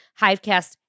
Hivecast